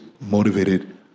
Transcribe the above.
motivated